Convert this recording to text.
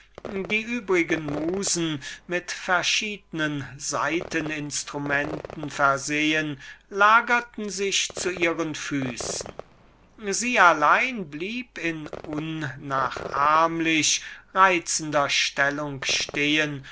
die übrigen musen mit verschiednen saiteninstrumenten versehen lagerten sich zu ihren füßen sie allein blieb in einer unnachahmlich reizenden stellung stehen